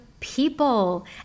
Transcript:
People